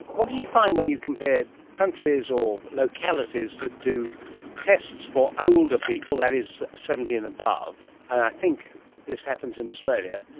what do you find when you compare countries or localities that do tests for older people, that is seventy and above. and i think this happens in australia,